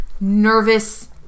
nervous